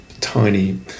tiny